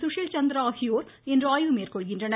சுஷில் சந்திரா ஆகியோர் இன்று ஆய்வு மேற்கொள்கின்றனர்